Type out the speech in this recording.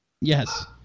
Yes